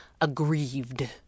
aggrieved